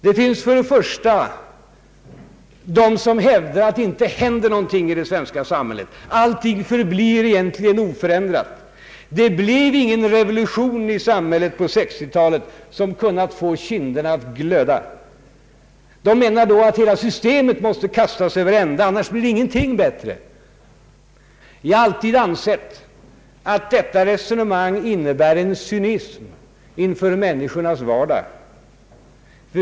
Det finns för det första de som hävdar att det inte händer någonting i det svenska samhället; allting förblir egentligen oförändrat, det blev ingen revolution i samhället på 1960-talet som kunnat få kinderna att glöda. De menar att hela systemet måste kastas över ända — annars blir ingenting bättre. Vi har alltid ansett att detta resonemang innebär en cynism inför människornas vardag.